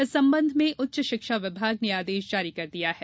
इस संबंध में उच्च शिक्षा विभाग ने आदेश जारी कर दिया है